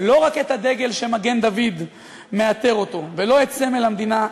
לא רק את הדגל שמגן-דוד מעטר אותו ולא את סמל המדינה,